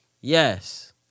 Yes